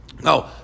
No